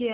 ꯑꯦ